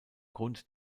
grund